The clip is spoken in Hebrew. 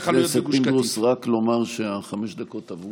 חבר הכנסת פינדרוס, רק לומר שחמש דקות עברו.